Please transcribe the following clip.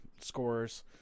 scores